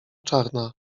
czarna